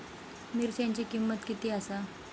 मिरच्यांची किंमत किती आसा?